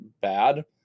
bad